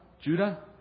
Judah